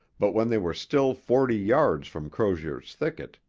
but when they were still forty yards from crozier's thicket,